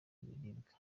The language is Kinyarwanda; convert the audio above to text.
ibiribwa